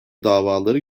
davaları